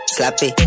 Slappy